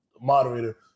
moderator